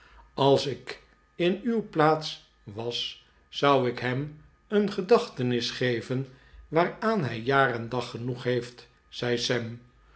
als ik in uw plaats was zou ik hem een gedachtenis geven waaraan hij jaar en dag genoeg heeft zei